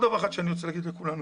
עוד דבר שאני רוצה לומר לכולנו.